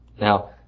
Now